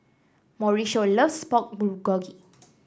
Mauricio loves Pork Bulgogi